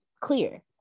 clear